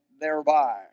thereby